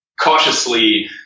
cautiously